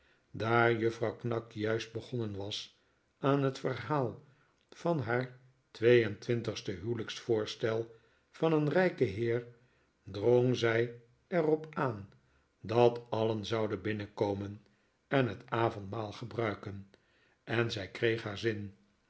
daar juffrouw knag juist begonnen was aan het verhaal van haar twee en twintigste huwelijksvoorstel van een rijken heer drong zij er op aan dat alien zouden binnenkomen en het avondmaal gebruiken en zij kreeg haar zin